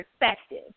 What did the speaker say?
perspective